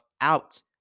out